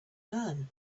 learn